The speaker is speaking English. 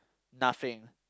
nothing